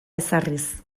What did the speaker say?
ezarriz